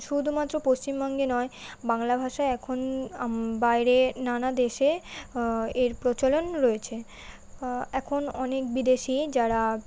শুধুমাত্র পশ্চিমবঙ্গে নয় বাংলা ভাষা এখন আম বাইরে নানা দেশে এর প্রচলন রয়েছে এখন অনেক বিদেশিই যারা